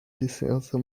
licença